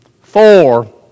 Four